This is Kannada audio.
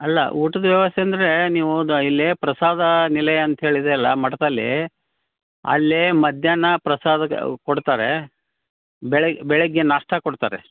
ಅಲ್ಲ ಊಟದ ವ್ಯವಸ್ಥೆ ಅಂದರೆ ನೀವು ದ ಇಲ್ಲಿ ಪ್ರಸಾದ ನಿಲಯ ಅಂತ್ಹೇಳಿ ಇದೆಯಲ್ಲ ಮಠದಲ್ಲಿ ಅಲ್ಲಿ ಮಧ್ಯಾಹ್ನ ಪ್ರಸಾದ ಕೊಡ್ತಾರೆ ಬೆಳಗ್ಗೆ ಬೆಳಗ್ಗೆ ನಾಷ್ಟ ಕೊಡ್ತಾರೆ